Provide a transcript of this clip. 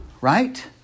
Right